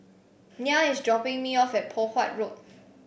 Nyah is dropping me off at Poh Huat Road